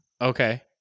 Okay